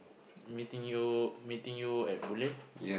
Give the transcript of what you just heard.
meeting you meeting you at Boon Lay